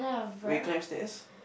when you climb stairs